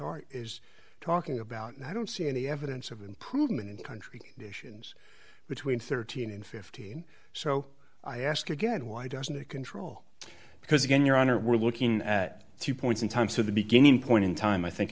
art is talking about and i don't see any evidence of improvement in country nations between thirteen and fifteen so i ask again why doesn't it control because again your honor we're looking at two points in time so the beginning point in time i think